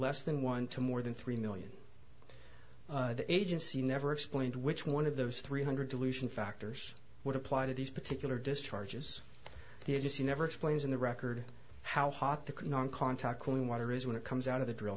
less than one to more than three million the agency never explained which one of those three hundred dilution factors would apply to these particular discharges the agency never explains in the record how hot the non contact cooling water is when it comes out of the drill